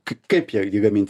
k kaip ją gaminti